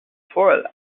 foal